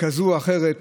כזה או אחר,